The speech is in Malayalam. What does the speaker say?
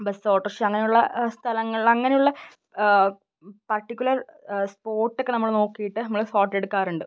ബസ്സ് ഓട്ടോറിക്ഷ അങ്ങനെയുള്ള സ്ഥലങ്ങളിൽ അങ്ങനെയുള്ള പർട്ടിക്കുലർ സ്പോട്ടൊക്കെ നമ്മൾ നോക്കിയിട്ട് നമ്മൾ ഫോട്ടൊ എടുക്കാറുണ്ട്